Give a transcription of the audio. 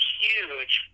huge